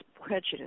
prejudice